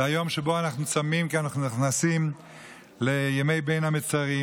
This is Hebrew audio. זה היום שבו אנחנו צמים כי אנחנו נכנסים לימי בין המצרים.